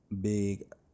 big